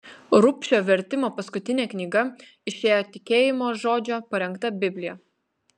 rubšio vertimo paskutinė knyga išėjo tikėjimo žodžio parengta biblija